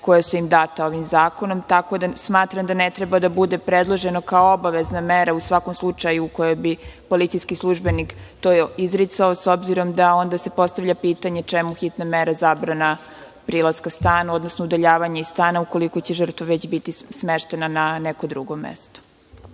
koja su im data ovim zakonom. Tako da smatram da ne treba da bude predloženo kao obavezna mera u svakom slučaju u kojem bi policijski službenik to izricao, s obzirom da se onda postavlja pitanje – čemu hitna mera zabrana prilaska stanu, odnosno udaljavanje iz stana ukoliko će već žrtva biti smeštena na neko drugo mesto?